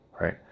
right